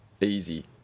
easy